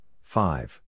five